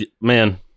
man